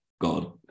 God